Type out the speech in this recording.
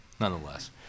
nonetheless